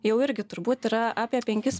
jau irgi turbūt yra apie penkis